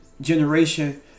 generation